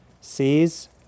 sees